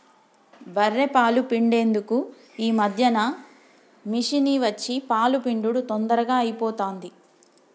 బఱ్ఱె పాలు పిండేందుకు ఈ మధ్యన మిషిని వచ్చి పాలు పిండుడు తొందరగా అయిపోతాంది